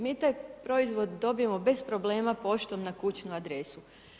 Mi taj proizvod dobimo bez problema poštom na kućnu adresu.